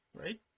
right